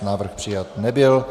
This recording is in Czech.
Návrh přijat nebyl.